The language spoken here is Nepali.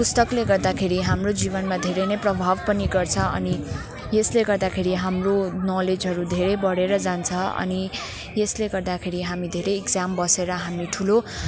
पुस्तकले गर्दाखेरि हाम्रो जीवनमा धेरै नै प्रभाव पनि गर्छ अनि यसले गर्दाखेरि हाम्रो नलेजहरू धेरै बढेर जान्छ अनि यसले गर्दाखेरि हामी धेरै इक्जाम बसेर हामी ठुलो